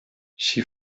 she